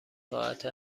ساعت